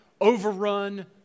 overrun